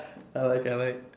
I like I like